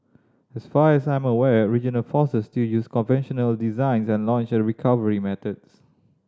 as far as I am aware regional forces still use conventional design and launch and recovery methods